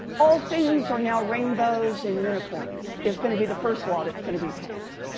all things are now rainbows and unicorns, is going to be the first law that's going to be passed,